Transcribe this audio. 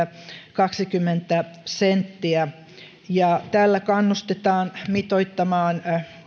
kaksikymmentä senttiä tällä kannustetaan mitoittamaan